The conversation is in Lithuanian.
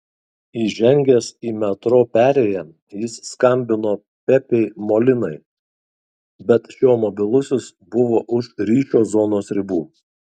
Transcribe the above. įžengęs į metro perėją jis skambino pepei molinai bet šio mobilusis buvo už ryšio zonos ribų